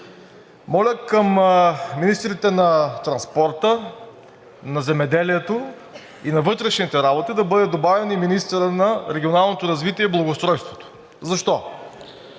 Моля към министрите на транспорта, на земеделието и на вътрешните работи да бъде добавен и министърът на регионалното развитие и благоустройството. Защо?